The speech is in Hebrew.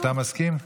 אתה מסכים?